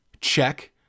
Check